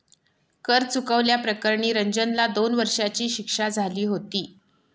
कर चुकवल्या प्रकरणी रंजनला दोन वर्षांची शिक्षा झाली होती